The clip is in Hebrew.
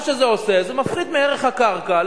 אני, מה שזה עושה, זה מפחית מערך הקרקע.